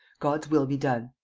god's will be done.